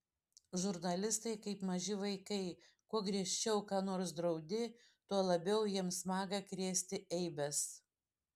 žurnalistai kaip maži vaikai kuo griežčiau ką nors draudi tuo labiau jiems maga krėsti eibes